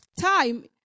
time